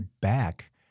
back